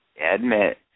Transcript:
admit